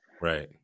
Right